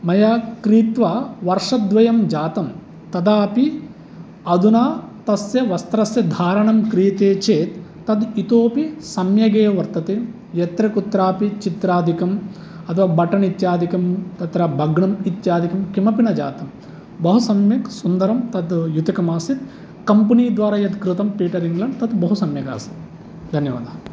मया क्रीत्वा वर्षद्वयं जातं तदापि अधुना तस्य वस्त्रस्य धारणं क्रियते चेत् तत् इतोऽपि सम्यगेव वर्तते यत्र कुत्रापि चित्रादिकम् अथवा बटन् इत्यादिकं तत्र भग्नन् इत्यादिकं किमपि न जातं बहुसम्यक् सुन्दरं तद् युतकम् आसीत् कम्पनिद्वारा यत्कृतं पीटर् इङ्ग्लेण्ड् तद् बहुसम्यक् आसीत् धन्यवादाः